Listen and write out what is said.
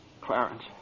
Clarence